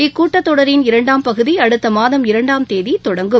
இக்கூட்டத் தொடரின் இரண்டாம் பகுதி அடுத்த மாதம் இரண்டாம் தேதி தொடங்கும்